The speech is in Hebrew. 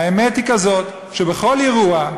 האמת היא כזאת: בכל אירוע,